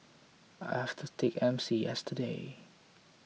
I've have to take M C yesterday